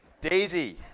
Daisy